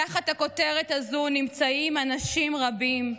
תחת הכותרת הזו נמצאים אנשים רבים,